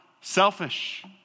selfish